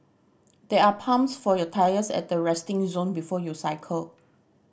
there are pumps for your tyres at the resting zone before you cycle